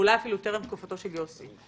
אולי אפילו טרם תקופתו של יוסי.